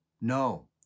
No